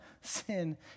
sin